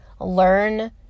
learn